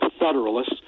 Federalists